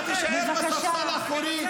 אתה תישאר בספסל האחורי,